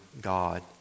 God